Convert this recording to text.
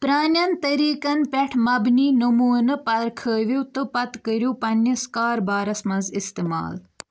پرٛانین طریقن پیٹھ مبنی نموٗنہٕ پركھٲوِو تہٕ پتہٕ كرِو پنٛنِس كاربارس منز استعمال